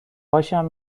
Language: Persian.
هاشم